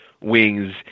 wings